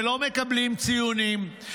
שלא מקבלים ציונים,